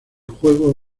juego